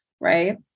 right